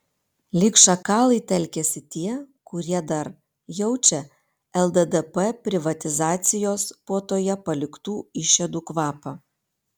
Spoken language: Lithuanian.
lyg šakalai telkiasi tie kurie dar jaučia lddp privatizacijos puotoje paliktų išėdų kvapą